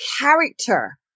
character